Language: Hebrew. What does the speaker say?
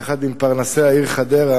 ביחד עם פרנסי העיר חדרה,